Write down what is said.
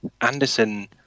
anderson